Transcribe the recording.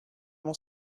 mon